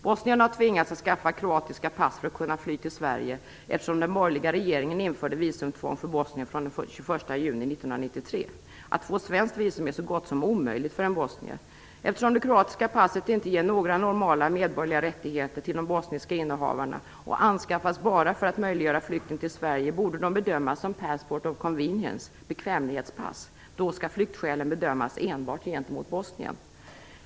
Bosnierna har tvingats att skaffa kroatiska pass för att kunna fly till Sverige eftersom den borgerliga regeringen införde visumtvång för bosnier från den 21 juni 1993. Att få svenskt visum är så gott som omöjligt för en bosnier. Eftersom det kroatiska passet inte ger några normala medborgerliga rättigheter till de bosniska innehavarna och bara anskaffas för att möjliggöra flykten till Sverige borde de bedömas som passport of convenience, bekvämlighetspass. Då skall flyktskälen bedömas enbart gentemot Bosnien.